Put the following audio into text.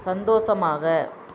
சந்தோஷமாக